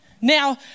Now